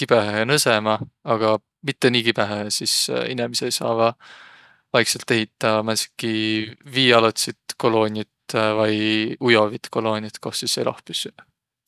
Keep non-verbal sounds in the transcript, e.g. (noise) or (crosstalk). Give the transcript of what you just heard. kibõhõhõ nõsõma aga mitte nii kibõhõhõ sis (hesitation) inemiseq saavaq vaikselt ehitaq määndsitki vii alotsit koloonijit et (hesitation) vai ujovit koloonijit kos sis eloh püssüq.